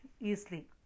easily